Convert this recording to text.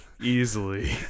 easily